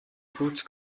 burj